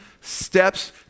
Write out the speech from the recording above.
Steps